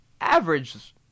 average